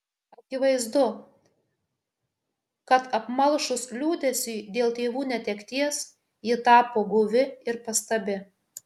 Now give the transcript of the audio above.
akivaizdu kad apmalšus liūdesiui dėl tėvų netekties ji tapo guvi ir pastabi